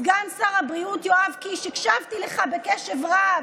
סגן שר הבריאות יואב קיש, הקשבתי לו בקשב רב,